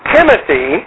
Timothy